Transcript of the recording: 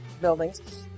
buildings